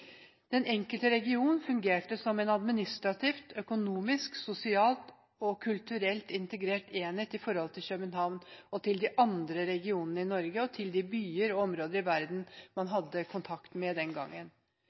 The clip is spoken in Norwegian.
Den enkelte region fungerte som en administrativt, økonomisk, sosialt og kulturelt integrert enhet i forhold til København, til de andre regionene i Norge og til de byer og områder i verden man hadde kontakt med den gangen.